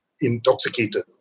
intoxicated